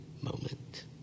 moment